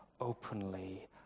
openly